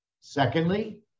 Secondly